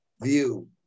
view